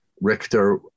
Richter